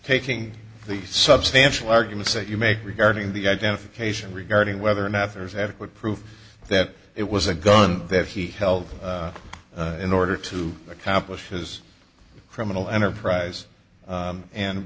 taking the substantial arguments that you make regarding the identification regarding whether or not there is adequate proof that it was a gun that he held in order to accomplish his criminal enterprise